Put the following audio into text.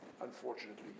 unfortunately